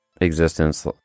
existence